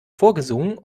vorgesungen